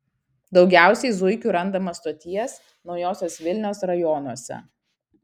daugiausiai zuikių randama stoties naujosios vilnios rajonuose